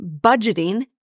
budgeting